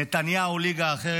נתניהו ליגה אחרת,